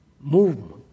movement